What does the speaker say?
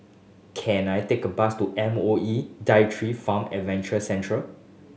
can I take a bus to M O E Daitri Farm Adventure Centre